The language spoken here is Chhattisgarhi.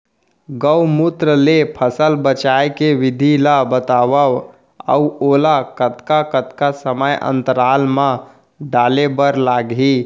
गौमूत्र ले फसल बचाए के विधि ला बतावव अऊ ओला कतका कतका समय अंतराल मा डाले बर लागही?